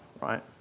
right